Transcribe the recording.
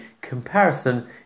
comparison